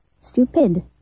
stupid